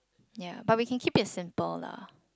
ya but we can keep it simply lah